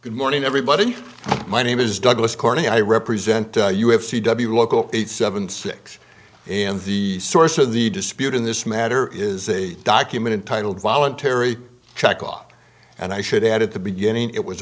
good morning everybody my name is douglas corning i represent you have c w local eight seven six and the source of the dispute in this matter is a document entitled voluntary check off and i should add at the beginning it was